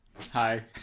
Hi